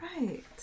Right